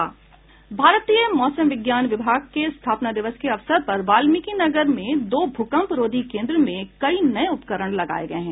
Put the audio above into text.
भारतीय मौसम विज्ञान विभाग के स्थापना दिवस के अवसर पर वाल्मिकीनगर में दो भूकंप रोधी केन्द्र में कई नये उपकरण लगाये गये हैं